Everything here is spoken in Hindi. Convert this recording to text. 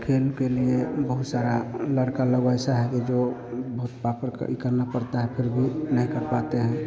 खेल के लिए बहुत सारे लड़के लोग वैसे हैं कि जो बहुत पाकड़ कड़ी करना पड़ता है फिर भी नहीं कर पाते हैं